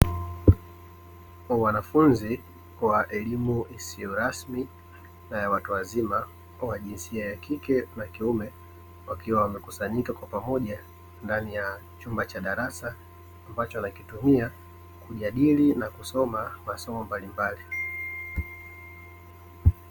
Wanafunzi wa elimu isiyo rasmi na ya watu wazima wa jinsia ya kike na kiume, wakiwa wamekusanyika kwa pamoja ndani ya chumba cha darasa ambacho wanakitumia kujadili na kusoma masomo mbalimbali.